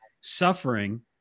suffering